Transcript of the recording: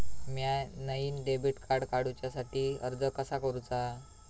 म्या नईन debit card काडुच्या साठी अर्ज कसा करूचा?